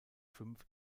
fünf